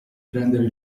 prendere